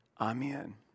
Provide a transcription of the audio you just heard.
Amen